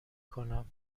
کنم